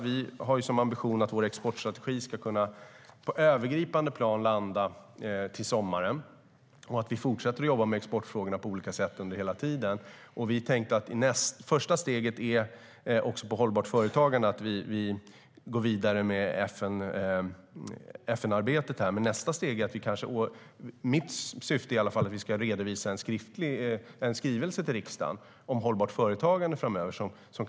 Vi har som ambition att vår exportstrategi på ett övergripande plan ska kunna landa till sommaren och att vi hela tiden fortsätter att jobba med exportfrågorna på olika sätt. Första steget när det gäller hållbart företagande är att vi går vidare med FN-arbetet. I nästa steg är min avsikt att vi ska redovisa en skrivelse om hållbart företagande till riksdagen.